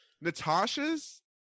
natasha's